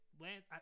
Lance –